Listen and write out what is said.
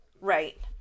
Right